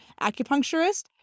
acupuncturist